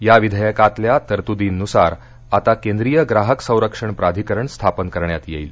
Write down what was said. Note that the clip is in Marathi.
या विधेयकातल्या तरतूदींनुसार आता केंद्रीय ग्राहक संरक्षण प्राधिकरण स्थापन करण्यात येईल